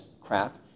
crap